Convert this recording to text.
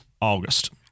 August